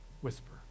whisper